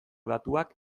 datuak